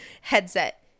headset